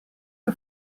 che